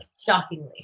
Shockingly